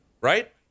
right